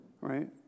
right